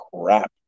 crap